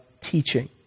teaching